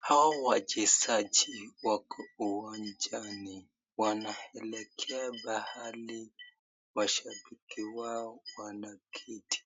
Hao wachezaji wako uwanjani, wanaelekea pahali mashabiki wao wanaketi,